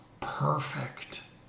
perfect